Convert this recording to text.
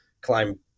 climb